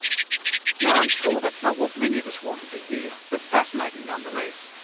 now i'm sure that's not what many of us wanted to hear. but fascinating, nonetheless.